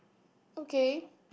okay